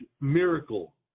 miracle